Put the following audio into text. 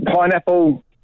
pineapple